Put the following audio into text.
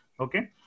Okay